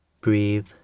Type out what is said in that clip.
Breathe